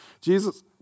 Jesus